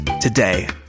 today